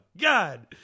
God